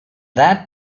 that